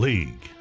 League